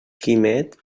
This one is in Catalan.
quimet